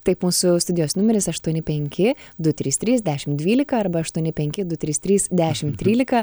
taip mūsų studijos numeris aštuoni penki du trys trys dešim dvylika arba aštuoni penki du trys trys dešim trylika